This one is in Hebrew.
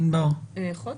לפני חודש.